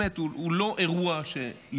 כי זה משהו שהוא לא אירוע לעומתי.